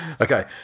Okay